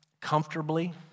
comfortably